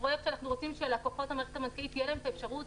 אנחנו רוצים שללקוחות של המערכת הבנקאית תהיה אפשרות